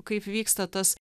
kaip vyksta tas